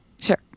Sure